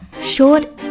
short